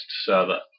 server